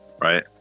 right